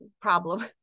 problem